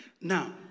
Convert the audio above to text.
Now